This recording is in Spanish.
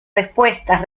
respuestas